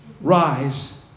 rise